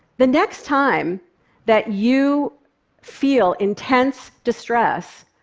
the next time that you feel intense distress,